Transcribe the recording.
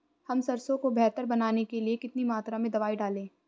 हम सरसों को बेहतर बनाने के लिए कितनी मात्रा में दवाई डालें?